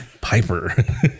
Piper